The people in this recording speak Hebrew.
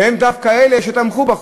והם דווקא אלה שתמכו בחוק.